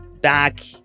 back